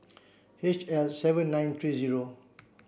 H L seven nine three zero